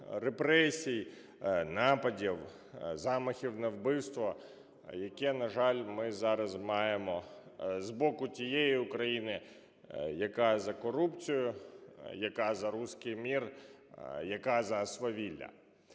репресій, нападів, замахів на вбивство, яке, на жаль, ми зараз маємо з боку тієї України, яка за корупцію, яка за "руський мір", яка за свавілля.